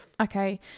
Okay